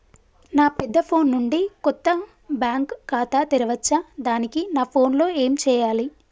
నా పెద్ద ఫోన్ నుండి కొత్త బ్యాంక్ ఖాతా తెరవచ్చా? దానికి నా ఫోన్ లో ఏం చేయాలి?